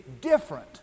different